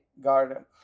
garden